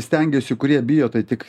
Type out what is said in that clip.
stengiuosi kurie bijo tai tik